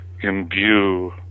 imbue